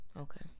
Okay